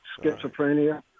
schizophrenia